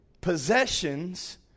possessions